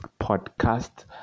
podcast